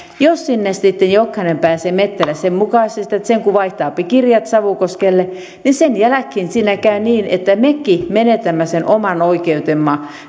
jos sinne sitten jokainen pääsee metsälle sen mukaisesti että sen kun vaihtaapi kirjat savukoskelle niin sen jälkeen siinä käy niin että mekin menetämme sen oman oikeutemme